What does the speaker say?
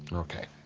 ok.